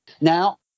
Now